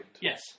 Yes